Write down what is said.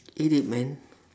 eat it man